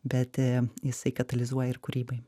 bet jisai katalizuoja ir kūrybai